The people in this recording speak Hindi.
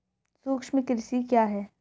सूक्ष्म कृषि क्या है?